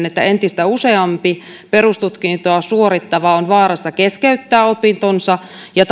että entistä useampi perustutkintoa suorittava on vaarassa keskeyttää opintonsa ja